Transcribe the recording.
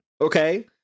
okay